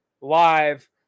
live